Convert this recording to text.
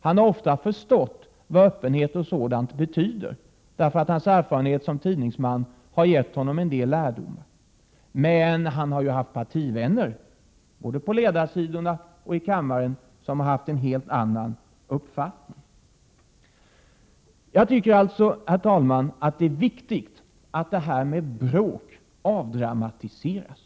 Han har ofta förstått vad öppenhet TR betyder, därför att hans erfarenhet som tidningsman har gett honom en del lärdomar. Men han har haft partivänner, både på ledarsidorna och i kammaren, som har haft en helt annan uppfattning. Allmänt Jag tycker, herr talman, att det är viktigt att det här med bråk avdramatise ras.